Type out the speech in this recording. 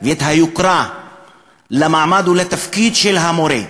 ואת היוקרה למעמד ולתפקיד של המורה.